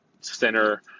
center